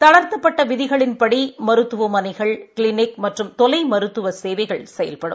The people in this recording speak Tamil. தளா்த்தப்பட்ட விதிகளின்படி மருத்துவமனைகள் கிளினிக் மற்றும் தொலை மருத்துவ சேவைகள் செயல்படும்